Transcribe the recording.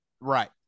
Right